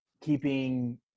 keeping